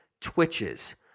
twitches